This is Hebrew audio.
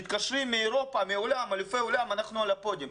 מתקשרים מאירופה, אלופי העולם, אנחנו על הפודיום.